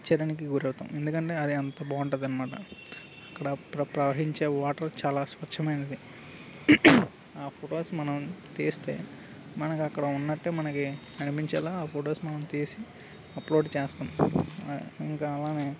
ఆశ్చర్యానికి గురి అవుతాము ఎందుకంటే అది అంత బాగుంటుంది అన్నమాట అక్కడ ప్ర ప్రవహించే వాటర్ చాలా స్వచ్ఛమైనది ఆ ఫొటోస్ మనం తీస్తే మనకు అక్కడ ఉన్నట్టే మనకి అనిపించేలో ఆ ఫొటోస్ మనం తీసి అప్లోడ్ చేస్తాము ఇంకా అలానే